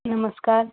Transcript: नमस्कार